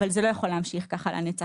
אבל זה לא יכול להמשיך כך לנצח.